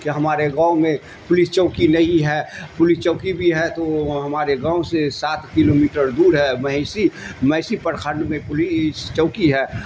کہ ہمارے گاؤں میں پولیس چوکی نہیں ہے پولیس چوکی بھی ہے تو ہمارے گاؤں سے سات کلو میٹر دور ہے مہیسی میسی پرکھھنڈ میں پولیس چوکی ہے